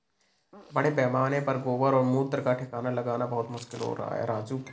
बड़े पैमाने पर गोबर और मूत्र का ठिकाना लगाना बहुत मुश्किल हो रहा है राजू